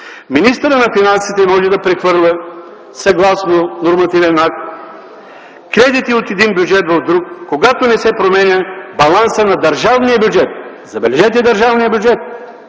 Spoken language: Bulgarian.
„Министърът на финансите може да прехвърля, съгласно нормативен акт, кредити от един бюджет в друг, когато не се променя балансът на държавния бюджет.” Забележете – „държавният бюджет”,